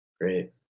Great